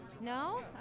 No